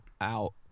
out